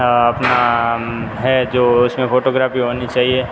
अपना है जो उसमें फोटोग्राफी होनी चाहिए